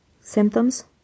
Symptoms